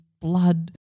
blood